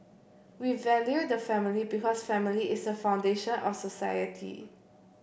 we value the family because family is the foundation of society